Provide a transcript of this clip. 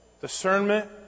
discernment